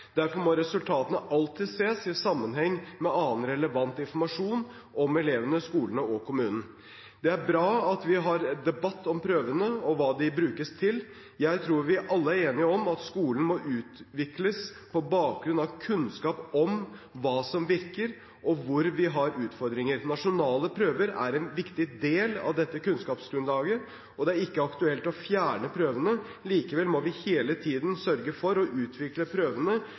Derfor må resultatene alltid ses i sammenheng med annen relevant informasjon om elevene, skolene og kommunene. Det er bra at vi har en debatt om prøvene og hva de brukes til. Jeg tror vi alle er enige om at skolen må utvikles på bakgrunn av kunnskap om hva som virker, og hvor vi har utfordringer. Nasjonale prøver er en viktig del av dette kunnskapsgrunnlaget, og det er ikke aktuelt å fjerne prøvene. Likevel må vi hele tiden sørge for å utvikle prøvene